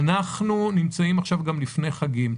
נמצאים עכשיו גם לפני חגים.